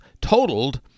totaled